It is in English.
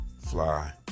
fly